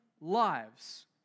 lives